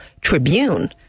Tribune